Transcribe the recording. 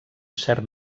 cert